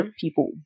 people